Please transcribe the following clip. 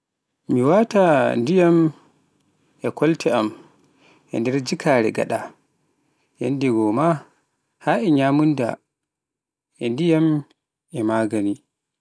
mi waata ndiyam e kolte am e jikaare, yanndegoo maa hae nyamunda e ndiyam e magaani.